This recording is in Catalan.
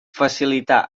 facilitar